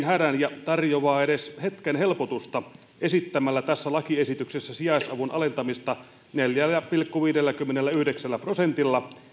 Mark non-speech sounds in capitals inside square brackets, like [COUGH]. [UNINTELLIGIBLE] hädän ja tarjoaa edes hetken helpotusta esittämällä tässä lakiesityksessä sijaisavun alentamista neljällä pilkku viidelläkymmenelläyhdeksällä prosentilla